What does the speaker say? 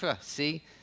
see